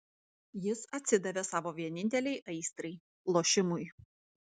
jis atsidavė savo vienintelei aistrai lošimui